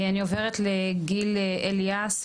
אני עוברת לגיל אליאס,